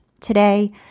Today